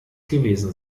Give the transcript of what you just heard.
gewesen